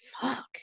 Fuck